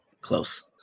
close